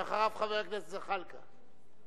ואחריו, חבר הכנסת זחאלקה.